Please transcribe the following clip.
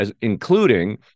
including